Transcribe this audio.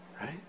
right